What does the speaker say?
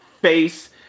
face